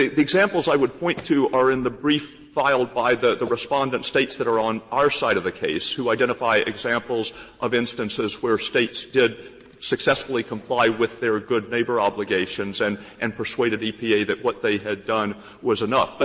the examples i would point to are in the brief filed by the the respondent states that are on our side of the case, who identify examples of instances where states did successfully comply with their good neighbor obligations and and persuaded epa that what they had done was enough. but